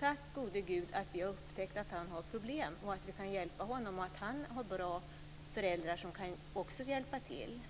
Tack gode Gud att vi har upptäckt att han har problem, att vi kan hjälpa honom och att han har bra föräldrar som också kan hjälpa till.